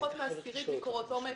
פחות מעשירית ביקורות עומק.